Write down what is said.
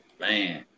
Man